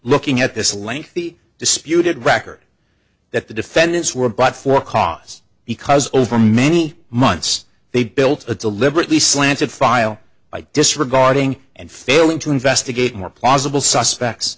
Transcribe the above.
looking at this lengthy disputed record that the defendants were brought for cause because over many months they built a deliberately slanted file by disregarding and failing to investigate more plausible suspects